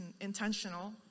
intentional